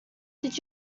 did